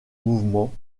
mouvement